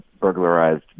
burglarized